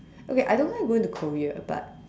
okay I don't mind going to Korea but